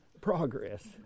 progress